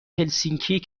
هلسینکی